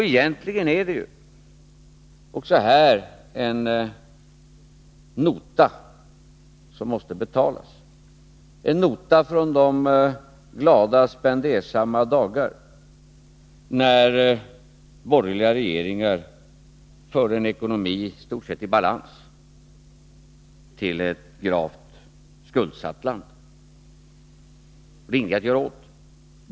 Egentligen är det också här en nota som måste betalas, en nota från de glada och spendersamma dagar när borgerliga regeringar förde en ekonomi i stort sett i balans till ett gravt skuldsatt land. Detta är det ingenting att göra åt.